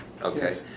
okay